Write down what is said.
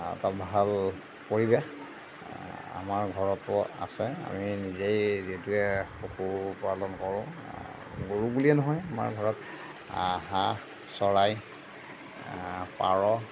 এটা ভাল পৰিৱেশ আমাৰ ঘৰতো আছে আমি নিজেই যেতিয়া পশুপালন কৰোঁ গৰু বুলিয়ে নহয় আমাৰ ঘৰত হাঁহ হাহঁ চৰাই পাৰ